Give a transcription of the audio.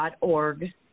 .org